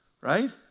Right